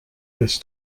this